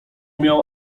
miał